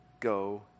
Go